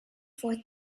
forth